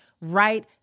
right